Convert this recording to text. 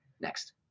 next